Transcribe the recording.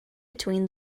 between